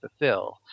fulfill